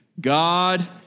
God